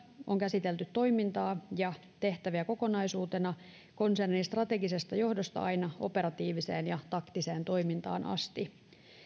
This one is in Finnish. on käsitelty toimintaa ja tehtäviä kokonaisuutena konsernin strategisesta johdosta aina operatiiviseen ja taktiseen toimintaan asti